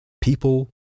People